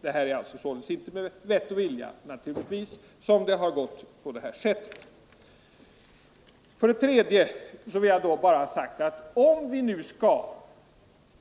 Det är naturligtvis inte ”med vett och vilja” som det har gått på det här sättet. För det tredje vill jag ha sagt att om vi nu skall